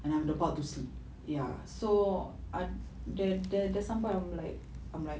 and I'm about to sleep ya so I'm the the there's some point I'm like I'm like